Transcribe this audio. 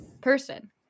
person